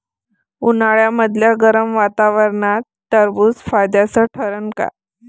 उन्हाळ्यामदल्या गरम वातावरनात टरबुज फायद्याचं ठरन का?